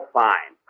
fine